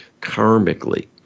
karmically